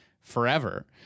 forever